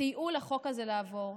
סייעו לחוק הזה לעבור.